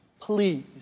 please